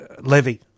levy